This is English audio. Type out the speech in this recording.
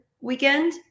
Weekend